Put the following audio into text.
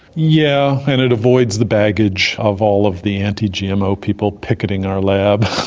yeah and it avoids the baggage of all of the anti-gmo people picketing our lab.